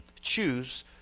choose